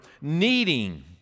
needing